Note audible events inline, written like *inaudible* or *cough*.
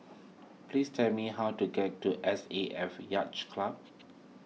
*noise* please tell me how to get to S A F Yacht Club